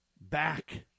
back